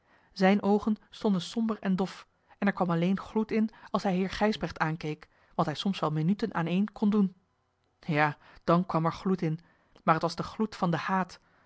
zijne oogen stonden somber en dof en er kwam alleen gloed in als hij heer gijsbrecht aankeek wat hij soms wel minuten aaneen kon doen ja dan kwam er gloed in maar het was de gloed van den haat